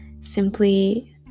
simply